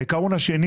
העיקרון השני